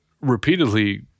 repeatedly